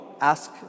ask